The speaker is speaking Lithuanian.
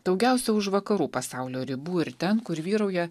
daugiausia už vakarų pasaulio ribų ir ten kur vyrauja